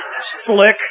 Slick